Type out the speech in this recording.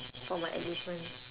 for my elephant